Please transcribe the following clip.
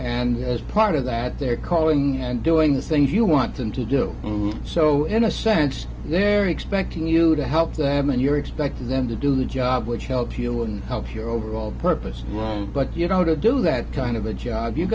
and as part of that they're calling and doing the things you want them to do so in a sense they're expecting you to help them and you're expecting them to do the job which helps heal and help your overall purpose role but you know to do that kind of a job you